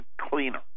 cleaner